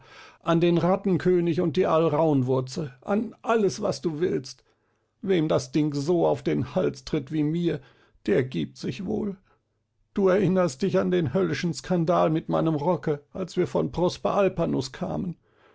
an den rattenkönig und die alraunwurzel an alles was du willst wem das ding so auf den hals tritt wie mir der gibt sich wohl du erinnerst dich an den höllischen skandal mit meinem rocke als wir von prosper alpanus kamen